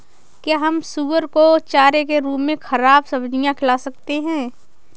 क्या हम सुअर को चारे के रूप में ख़राब सब्जियां खिला सकते हैं?